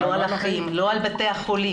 לא על האחים ולא על בתי החולים.